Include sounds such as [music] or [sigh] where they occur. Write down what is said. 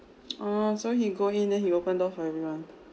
[noise] oh so he go in then he open door for everyone